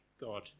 god